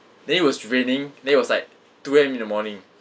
then it was raining then it was like two A_M in the morning